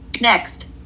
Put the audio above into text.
Next